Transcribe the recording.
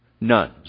None